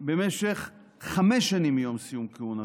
במשך חמש שנים מיום סיום כהונתו.